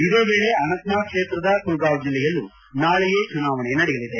ಇದೇ ವೇಳೆ ಅನಂತ್ನಾಗ್ ಕ್ಷೇತ್ರದ ಕುಲ್ಗಾಂವ್ ಜಿಲ್ಲೆಯಲ್ಲೂ ನಾಳೆಯೇ ಚುನಾವಣೆ ನಡೆಯಲದೆ